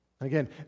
Again